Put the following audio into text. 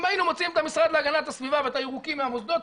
אם היינו מוציאים את המשרד להגנת הסביבה ואת הירוקים מהמוסדות,